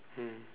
mm